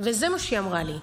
זה מה שהיא אמרה לי.